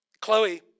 Chloe